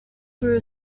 grew